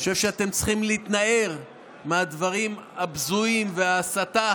אני חושב שאתם צריכים להתנער מהדברים הבזויים וההסתה,